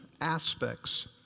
aspects